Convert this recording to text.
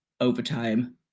overtime